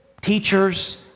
teachers